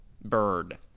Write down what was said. bird